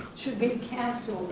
should be canceled.